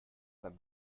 beim